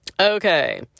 Okay